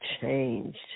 changed